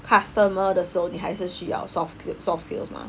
customer 的时候还是需要 soft sk~ soft skills mah